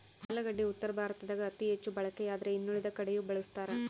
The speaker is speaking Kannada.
ಆಲೂಗಡ್ಡಿ ಉತ್ತರ ಭಾರತದಾಗ ಅತಿ ಹೆಚ್ಚು ಬಳಕೆಯಾದ್ರೆ ಇನ್ನುಳಿದ ಕಡೆಯೂ ಬಳಸ್ತಾರ